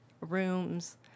rooms